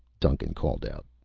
duncan called out.